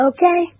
Okay